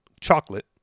chocolate